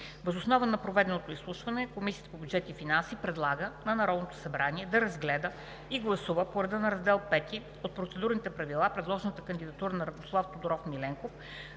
Въз основа на проведеното изслушване Комисията по бюджет и финанси предлага на Народното събрание да разгледа и гласува по реда на Раздел V от процедурните правила предложената кандидатура на Радослав Тодоров Миленков